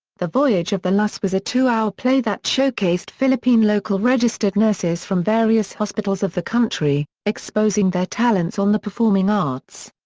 the voyage of the lass was a two-hour play that showcased philippine local registered nurses from various hospitals of the country exposing their talents on the performing arts.